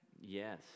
Yes